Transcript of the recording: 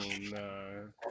no